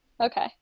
Okay